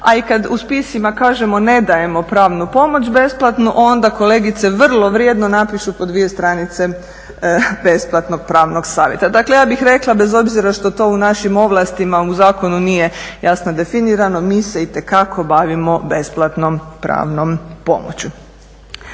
a i kad u spisima kažemo ne dajemo pravnu pomoć besplatnu onda kolegice vrlo vrijedno napišu po dvije stranice besplatnog pravnog savjeta. Dakle, ja bih rekla bez obzira što to u našim ovlastima u zakonu nije jasno definirano mi se itekako bavimo besplatnom pravnom pomoći.